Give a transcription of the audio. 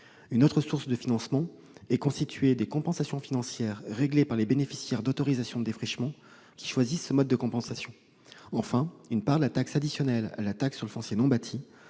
Une autre source de financement est constituée par les compensations financières réglées par les bénéficiaires d'autorisations de défrichement qui choisissent ce mode de compensation. Enfin, une part la taxe additionnelle à la taxe sur le foncier non bâti